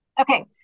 Okay